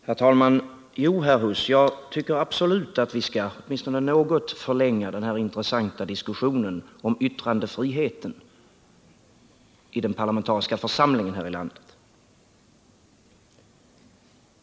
Herr talman! Jo, herr Huss, jag tycker absolut att vi, åtminstone något, skall förlänga den här intressanta diskussionen om yttrandefriheten i den parlamentariska församlingen här i landet!